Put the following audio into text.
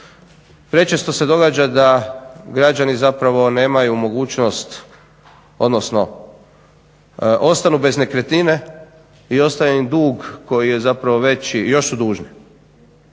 Prečesto se događa da građani zapravo nemaju mogućnost, odnosno ostanu bez nekretnine i ostaje im dug koji je zapravo veći, još su dužni.